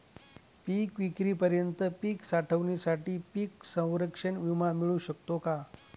पिकविक्रीपर्यंत पीक साठवणीसाठी पीक संरक्षण विमा मिळू शकतो का?